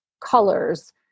colors